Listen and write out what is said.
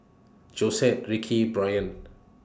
Josette Rickie Brian